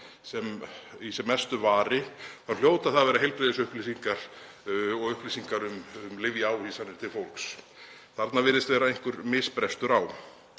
sem mestu vari þá hljóta það að vera heilbrigðisupplýsingar og upplýsingar um lyfjaávísanir til fólks. Þarna virðist vera einhver misbrestur á.